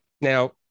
now